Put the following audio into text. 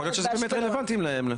יכול להיות שזה באמת רלוונטי להם.